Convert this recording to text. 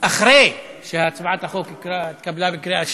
אחרי שהצעת החוק התקבלה בקריאה שנייה,